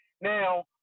Now